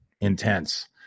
intense